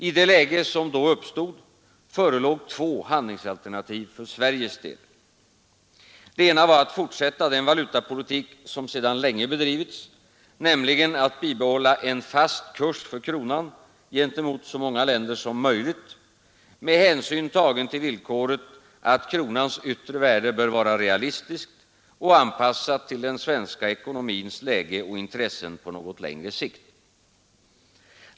I det läge som därmed uppstod förelåg två handlingsalternativ för Sveriges del. Det ena var att fortsätta den valutapolitik som sedan länge bedrivits, nämligen att bibehålla en fast kurs för kronan gentemot så många länder som möjligt med hänsyn tagen till villkoret att kronans yttre värde bör vara realistiskt och anpassat till den svenska ekonomins läge och intressen på något längre sikt.